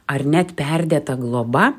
ar net perdėta globa